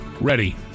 Ready